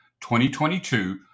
2022